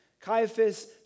Caiaphas